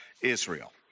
Israel